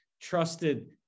trusted